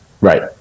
Right